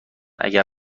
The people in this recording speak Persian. اگر